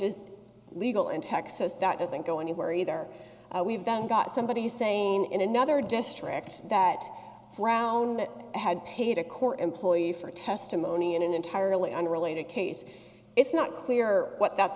is legal in texas that doesn't go anywhere either we've done got somebody you saying in another district that brown had paid a court employee for testimony in an entirely unrelated case it's not clear what that's